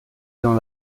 dans